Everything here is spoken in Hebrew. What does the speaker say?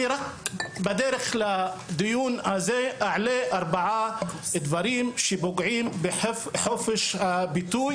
אני רק בדרך לדיון הזה אעלה ארבעה דברים שפוגעים בחופש הביטוי